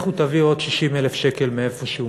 לכו תביאו עוד 60,000 שקל מאיפשהו,